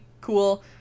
cool